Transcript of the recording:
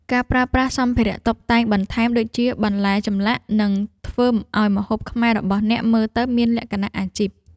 ការប្រើប្រាស់សម្ភារៈតុបតែងបន្ថែមដូចជា បន្លែចម្លាក់ នឹងធ្វើឱ្យម្ហូបខ្មែររបស់អ្នកមើលទៅមានលក្ខណៈអាជីព។